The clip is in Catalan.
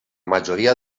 majoria